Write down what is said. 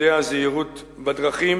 ללימודי הזהירות בדרכים